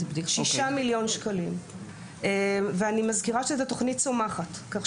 אני מזכירה שזו תוכנית צומחת.